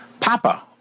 Papa